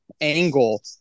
angle